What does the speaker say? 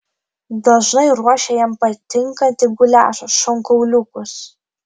dažnai ruošia jam patinkantį guliašą šonkauliukus